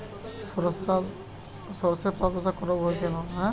শর্ষের পাতাধসা রোগ হয় কেন?